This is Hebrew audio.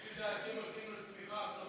לפי דעתי עושים לו שמיכה עכשיו, מהארץ.